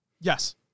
Yes